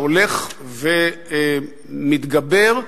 שהולך ומתגבר.